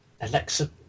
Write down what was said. Alexa